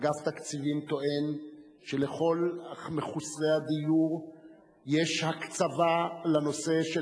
אגף התקציבים טוען שלכל מחוסרי הדיור יש הקצבה לנושא,